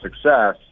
success